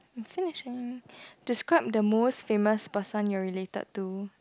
I am finishing describe the most famous person you are related to